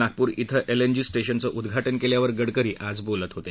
नागपूर श्विं एलएनजी स्टेशनचं उद्घाटन केल्यावर गडकरी आज बोलत होते